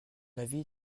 avis